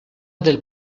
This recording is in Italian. del